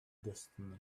destiny